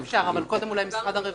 אבל קודם אולי משרד הרווחה.